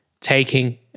taking